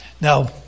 Now